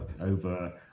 over